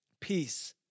peace